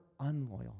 unloyal